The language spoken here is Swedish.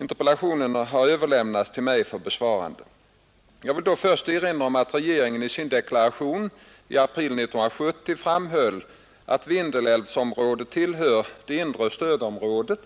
Interpella tionen har överlämnats till mig för besvärande Jag vill da först erinra om att regeringen a sin dektiratier fapril 1970 framhöll, att Vindelälvsområdet tillhörde det mv siodor tv